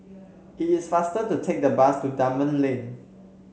it's faster to take the bus to Dunman Lane